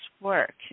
work